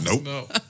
Nope